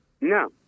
No